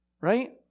right